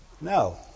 No